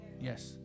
Yes